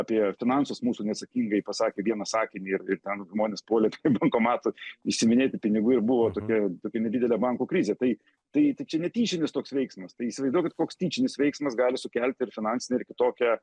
apie finansus mūsų neatsakingai pasakė vieną sakinį ir ir ten žmonės puolė prie bankomatų išsiiminėti pinigų ir buvo tokia nedidelė bankų krizė tai tai čia netyčinis toks veiksmas tai įsivaizduokit koks tyčinis veiksmas gali sukelti ir finansinę ir kitokią